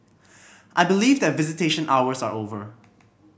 I believe that visitation hours are over